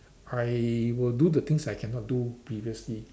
I will do the things I cannot do previously